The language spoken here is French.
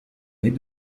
nés